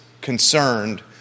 concerned